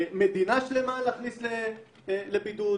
מדינה שלמה להכניס לבידוד,